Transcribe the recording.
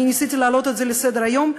אני ניסיתי להעלות את זה לסדר-היום,